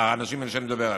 האנשים שאני מדבר עליהם.